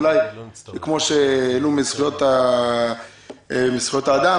כמו שהעלו מהאגודה לזכויות האזרח,